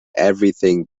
everything